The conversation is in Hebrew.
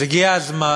אז הגיע הזמן